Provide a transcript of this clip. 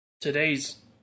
today's